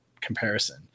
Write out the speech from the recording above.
comparison